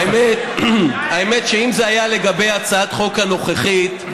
האמת היא שאם זה היה לגבי הצעת החוק הנוכחית,